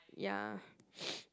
ya